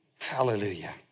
Hallelujah